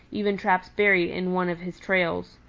even traps buried in one of his trails.